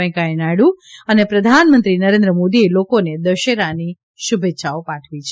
વેંકૈયા નાયડુ અને પ્રઘાનમંત્રી નરેન્દ્ર મોદીએ લોકોને દશેરાની શુભેચ્છાઓ પાઠવી છે